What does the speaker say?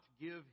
give